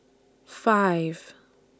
five